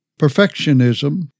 Perfectionism